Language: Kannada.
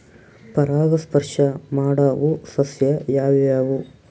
ಪರಾಗಸ್ಪರ್ಶ ಮಾಡಾವು ಸಸ್ಯ ಯಾವ್ಯಾವು?